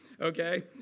okay